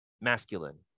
masculine